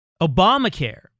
Obamacare